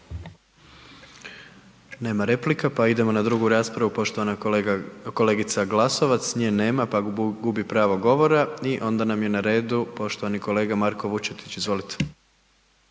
Nema replika pa idemo na drugu raspravu, poštovana kolegica Glasovac. Nje nema pa gubi pravo govora i onda nam je na redu poštovani kolega Marko Vučetić, izvolite.